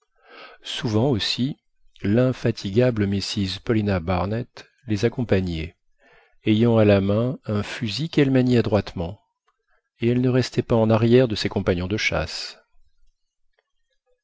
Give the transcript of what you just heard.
souvent aussi l'infatigable mrs paulina barnett les accompagnait ayant à la main un fusil qu'elle maniait adroitement et elle ne restait pas en arrière de ses compagnons de chasse